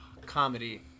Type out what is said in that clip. comedy